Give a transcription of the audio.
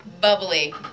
Bubbly